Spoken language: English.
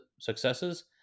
successes